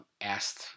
asked